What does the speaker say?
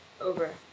over